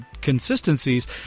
consistencies